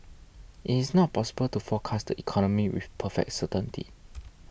it is not possible to forecast the economy with perfect certainty